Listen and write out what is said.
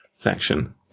section